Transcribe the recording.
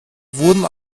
wurden